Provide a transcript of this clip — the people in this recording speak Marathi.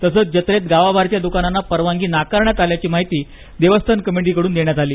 तसच जत्रेत गावाबाहेरच्या दुकानाना परवानगी नाकारण्यात आल्याची माहिती देवस्थान कमिटीकडून देण्यात आली आहे